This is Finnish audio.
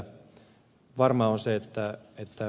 varmaa niin kuin ed